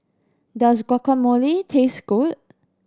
does Guacamole taste good